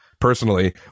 personally